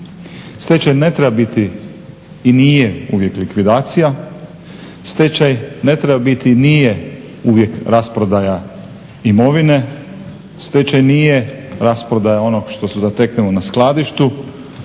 Stečaj ne treba biti i nije uvijek likvidacija, stečaj ne treba biti i nije uvijek rasprodaja imovine, stečaj nije rasprodaja onog što se zateknemo na skladištu